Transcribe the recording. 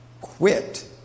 quit